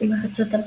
מארצות הברית.